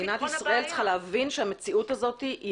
מדינת ישראל צריכה להבין שהמציאות הזאת היא אחרת,